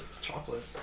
chocolate